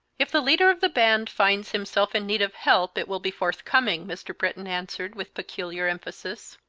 if the leader of the band finds himself in need of help it will be forthcoming, mr. britton answered, with peculiar emphasis.